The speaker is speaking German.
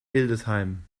hildesheim